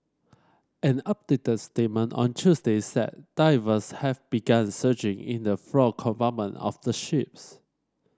an updated statement on Tuesday said divers have begun searching in the flood compartment of the ships